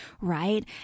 right